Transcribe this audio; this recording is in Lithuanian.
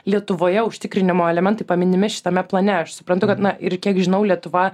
lietuvoje užtikrinimo elementai paminimi šitame plane aš suprantu kad na ir kiek žinau lietuva